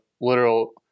literal